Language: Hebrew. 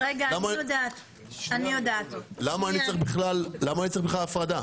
למה אני בכלל צריך הפרדה?